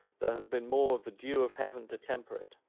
there has been more of the dew of heaven to temper it.